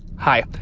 hi.